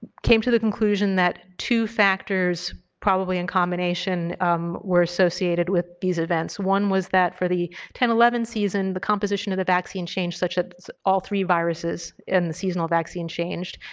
came to the conclusion that two factors probably in combination were associated with these events. one was that for the ten eleven season the composition of the vaccine changed such that all three viruses in the seasonal vaccine changed.